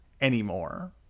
anymore